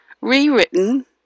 rewritten